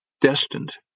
destined